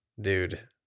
dude